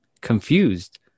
Confused